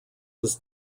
was